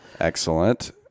excellent